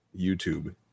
YouTube